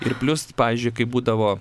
ir plius pavyzdžiui kaip būdavo